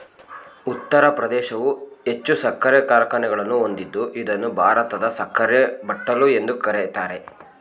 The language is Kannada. ಉತ್ತರ ಪ್ರದೇಶವು ಹೆಚ್ಚು ಸಕ್ಕರೆ ಕಾರ್ಖಾನೆಗಳನ್ನು ಹೊಂದಿದ್ದು ಇದನ್ನು ಭಾರತದ ಸಕ್ಕರೆ ಬಟ್ಟಲು ಎಂದು ಕರಿತಾರೆ